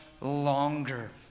longer